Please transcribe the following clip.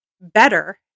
better